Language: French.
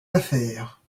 affaires